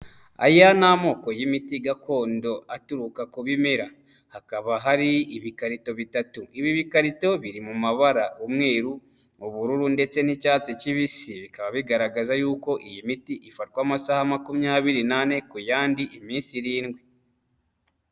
Aya ni amoko y'imiti gakondo aturuka ku bimera. Hakaba hari ibikarito bitatu. Ibi bikarito biri mu mabara umweru, ubururu ndetse n'icyatsi kibisi. Bikaba bigaragaza yuko iyi miti ifatwa amasaha makumyabiri n'ane ku yandi, iminsi irindwi.